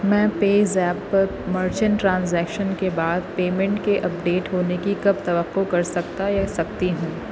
میں PayZapp پر merchant transaction کے بعد پیمنٹ کے اپڈیٹ ہونے کی کب توقع کرسکتا یا سکتی ہوں